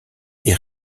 est